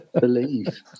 Believe